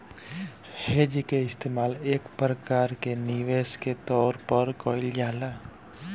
hedge के इस्तेमाल एक प्रकार के निवेश के तौर पर कईल जाला